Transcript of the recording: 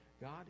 God